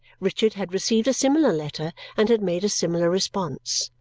richard had received a similar letter and had made a similar response.